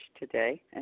today